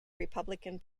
republican